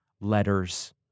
letters